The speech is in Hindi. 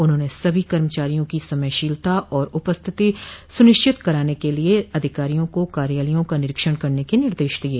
उन्होंने सभी कर्मचारियों की समयशीलता और उपस्थिति सुनिश्चित कराने के लिये अधिकारियों को कार्यालयों का निरीक्षण करने के निर्देश दिये